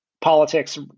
politics